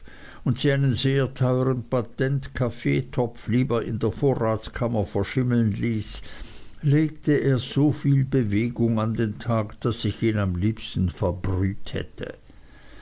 und sie einen sehr teuern patentkaffeetopf lieber in der vorratskammer verschimmeln ließ legte er so viel bewegung an den tag daß ich ihn am liebsten verbrüht hätte